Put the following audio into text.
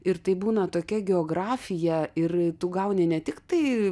ir taip būna tokia geografija ir tu gauni ne tiktai